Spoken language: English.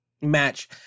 match